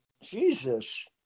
Jesus